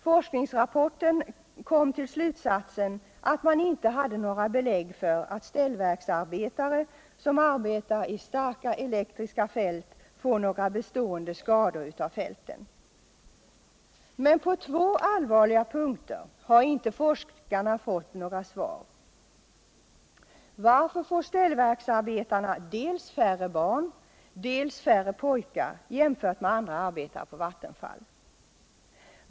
Forskningsrapporten kom till slutsatsen att man inte hade några belägg för att ställverksarbetare som arbetar i starka elektriska fält får några bestående skador av dessa. Men på två väsentliga frågor har inte forskarna fått några svar. Varför får ställverksarbetarna dels färre barn. dels färre pojkar, jämfört med andra arbetare på Vattenfall?